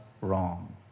wrong